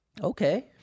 Okay